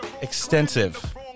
extensive